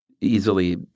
easily